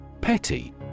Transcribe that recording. Petty